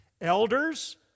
Elders